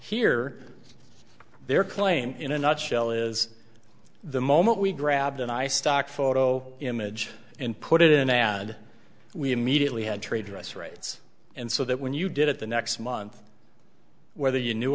here their claim in a nutshell is the moment we grabbed a nice stock photo image and put it in an ad we immediately had trade dress rights and so that when you did it the next month whether you knew